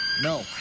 No